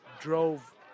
drove